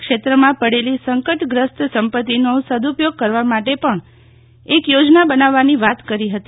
ક્ષેત્રમાં પડેલી સંકટશ્રસ્ત સંપત્તિનો સદઉપયોગ કરવા માટે પણ એક યોજના બનાવવાની વાત કરી હતી